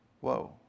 Whoa